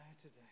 today